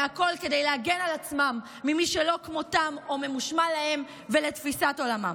והכול כדי להגן על עצמם ממי שלא כמותם או ממושמע להם ולתפיסת עולמם.